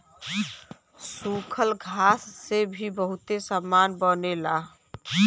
सूखल घास से भी बहुते सामान बनेला